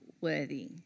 worthy